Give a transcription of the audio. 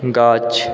गाछ